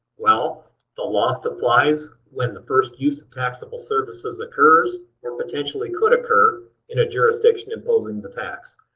well the lost applies when the first use of taxable services occurs or potentially could occur in a jurisdiction imposing the tax.